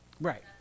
Right